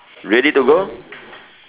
ready to go